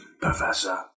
Professor